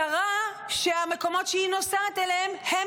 שרה שהמקומות שהיא נוסעת אליהם הם